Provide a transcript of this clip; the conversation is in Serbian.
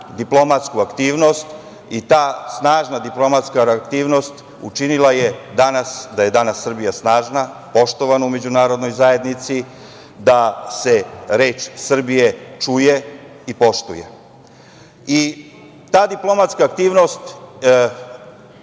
diplomatsku aktivnost i ta snažna diplomatska aktivnost učinila je danas da je danas Srbija snažna, poštovana u Međunarodnoj zajednici, da se reč Srbije čuje i poštuje. Ta diplomatska aktivnost